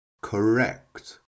correct